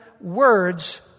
words